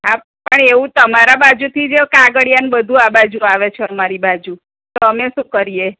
હાં પણ એવું તમારા બાજુથી જ કાગડિયાને એવું બધુ આ બાજુ આવે છે અમારી બાજુ તો અમે શું કરીએ